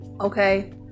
Okay